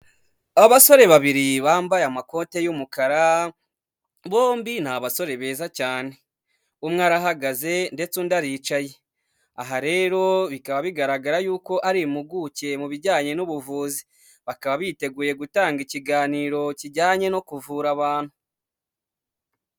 Abasore babiri bambaye amakote y'umukara, bombi ni abasore beza cyane, umwe arahagaze ndetse undi aricaye, aha rero bikaba bigaragara yuko ari impuguke mu bijyanye n'ubuvuzi, bakaba biteguye gutanga ikiganiro kijyanye no kuvura abantu.